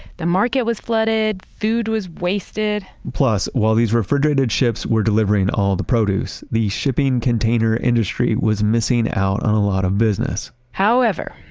the market was flooded, food was wasted plus, while these refrigerated ships were delivering all the produce, the shipping container industry was missing out on a lot of business however,